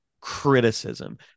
criticism